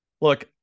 look